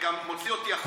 וגם מוציא אותי החוצה.